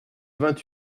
vingt